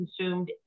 consumed